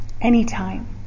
anytime